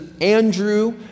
Andrew